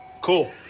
Cool